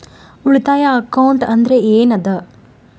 ಉಳಿತಾಯ ಅಕೌಂಟ್ ಅಂದ್ರೆ ಏನ್ ಅದ?